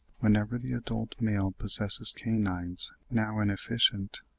whenever the adult male possesses canines, now inefficient,